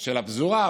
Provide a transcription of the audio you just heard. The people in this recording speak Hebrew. של הפזורה.